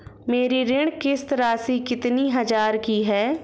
मेरी ऋण किश्त राशि कितनी हजार की है?